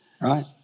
Right